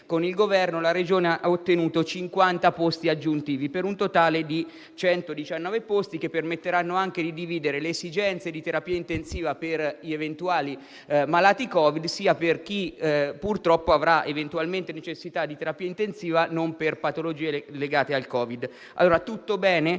con il Governo, alla fine la Regione ha ottenuto 50 posti aggiuntivi per un totale di 119 posti che permetteranno anche di soddisfare le esigenze di terapia intensiva degli eventuali malati Covid sia di chi, purtroppo, avrà eventualmente necessità di terapia intensiva per patologie non legate al Covid.